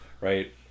right